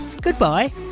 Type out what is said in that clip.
goodbye